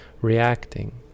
reacting